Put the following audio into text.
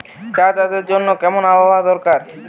চা চাষের জন্য কেমন আবহাওয়া দরকার?